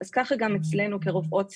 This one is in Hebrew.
אז ככה גם אצלנו כרופאות צעירות.